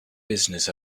business